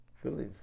Philly